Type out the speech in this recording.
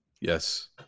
Yes